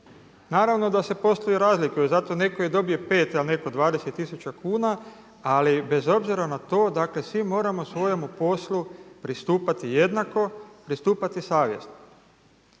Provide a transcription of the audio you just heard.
Naravno da se poslovi razlikuju, zato netko i dobije 5 a netko 20 tisuća kuna ali bez obzira na to dakle svi moramo svojemu poslu pristupati jednako, pristupati savjesno.